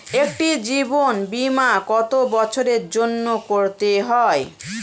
একটি জীবন বীমা কত বছরের জন্য করতে হয়?